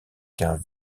qu’un